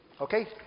Okay